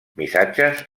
missatges